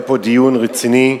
היה פה דיון רציני,